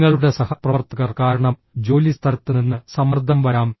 നിങ്ങളുടെ സഹപ്രവർത്തകർ കാരണം ജോലിസ്ഥലത്ത് നിന്ന് സമ്മർദ്ദം വരാം